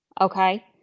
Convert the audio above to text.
Okay